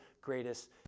greatest